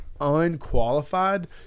unqualified